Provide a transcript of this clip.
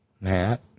Matt